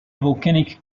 volcanic